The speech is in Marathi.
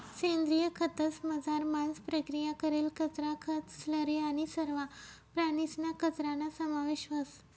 सेंद्रिय खतंसमझार मांस प्रक्रिया करेल कचरा, खतं, स्लरी आणि सरवा प्राणीसना कचराना समावेश व्हस